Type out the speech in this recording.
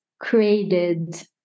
created